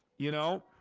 you know